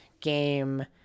game